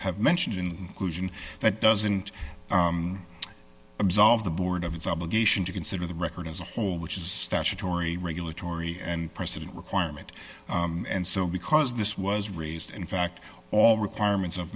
have mentioned in that doesn't absolve the board of its obligation to consider the record as a whole which is statutory regulatory and precedent requirement and so because this was raised in fact all requirements of